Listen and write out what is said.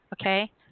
okay